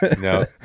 No